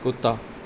ਕੁੱਤਾ